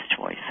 choice